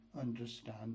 understand